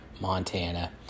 montana